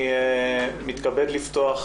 אני מתכבד לפתוח